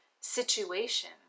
situation